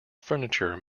furniture